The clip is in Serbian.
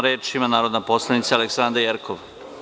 Reč ima narodna poslanica Aleksandra Jerkov.